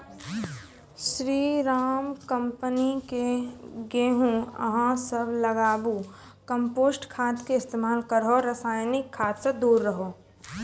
स्री Ram company के गेहूँ अहाँ सब लगाबु कम्पोस्ट खाद के इस्तेमाल करहो रासायनिक खाद से दूर रहूँ?